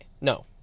no